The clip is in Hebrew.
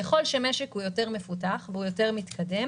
ככל שמשק מפותח ומתקדם